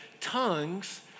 tongues